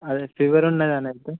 అదే ఫీవర్ ఉన్నదనేసి